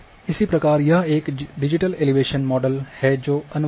इसी तरह यहां एक डिजिटल एलिवेशन मॉडल है जो अनवरत है